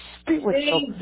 spiritual